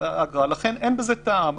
לכן אין בזה טעם.